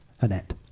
Annette